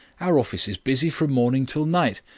our office is busy from morning till night.